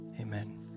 amen